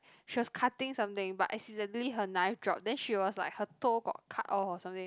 she was cutting something but accidentally her knife drop then she was like her toe got cut off or something